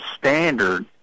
standard